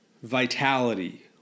vitality